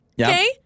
okay